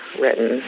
written